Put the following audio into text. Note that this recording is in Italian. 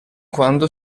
quando